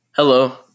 Hello